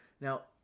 Now